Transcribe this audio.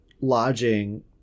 lodging